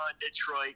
Detroit